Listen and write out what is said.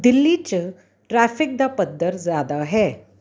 ਦਿੱਲੀ 'ਚ ਟਰੈਫਿਕ ਦਾ ਪੱਧਰ ਜ਼ਿਆਦਾ ਹੈ